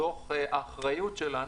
מתוך אחריות שלנו,